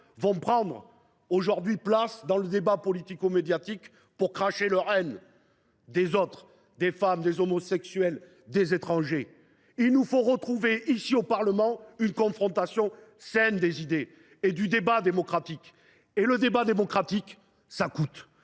tous ordres prennent place dans le débat politico médiatique pour cracher leur haine des autres, des femmes, des homosexuels, des étrangers… Il nous faut retrouver – ici, au Parlement – une confrontation saine des idées par le débat démocratique. Or le débat démocratique, cela